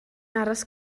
aros